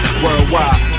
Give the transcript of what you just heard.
worldwide